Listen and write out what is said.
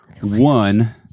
one